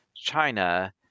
China